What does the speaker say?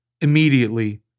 immediately